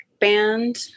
band